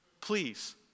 please